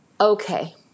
Okay